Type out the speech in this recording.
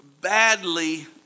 badly